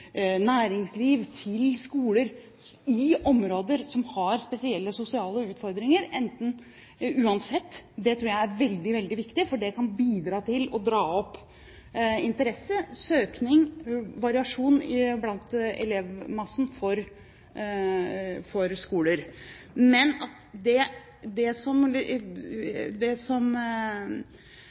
næringsliv til skoler i områder som har spesielle, sosiale utfordringer, uansett, tror jeg er veldig viktig, for det kan bidra til å dra opp interessen, søkningen og variasjonen blant elevmassen når det gjelder skoler. Men at det som liksom skulle være ekstremt avgjørende, er hvordan den ene skolen gjør det